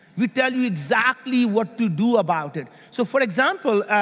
we tell you exactly what to do about it. so for example,